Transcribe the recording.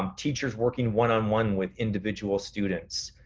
um teachers working one on one with individual students,